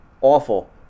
awful